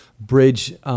bridge